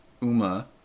uma